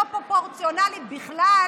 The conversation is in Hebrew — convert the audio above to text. לא פרופורציונלית בכלל